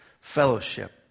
fellowship